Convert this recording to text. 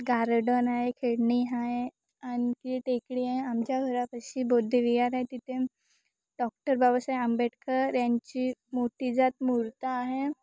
garden आहे खेळणी आहे आणखी टेकडी आहे आमच्या घरापाशी बौद्धविहार आहे तिथे डॉक्टर बाबासाहेब आंबेडकर यांची मोठीजात मूर्ती आहे